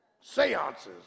Seances